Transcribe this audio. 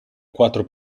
quattro